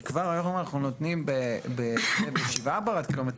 כי כבר היום אנחנו נותנים ב-7 בר עד 1.5 ק"מ.